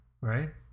right